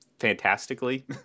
Fantastically